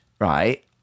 right